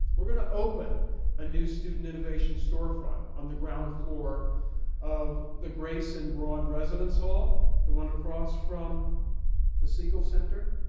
we're going to open a new student innovation storefront on the ground floor of the grace and broad residence hall, the one across from the siegel center.